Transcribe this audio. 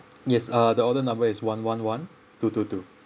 yes uh the order number is one one one two two two